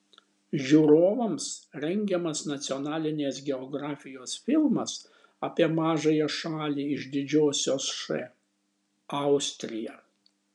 žiūrovams rengiamas nacionalinės geografijos filmas apie mažąją šalį iš didžiosios š austriją